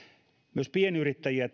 myös pienyrittäjiä